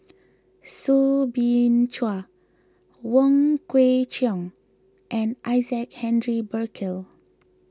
Soo Bin Chua Wong Kwei Cheong and Isaac Henry Burkill